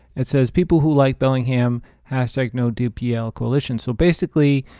it says people who like bellingham hashtag no dapl coalition, so basically,